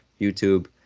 YouTube